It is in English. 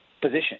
position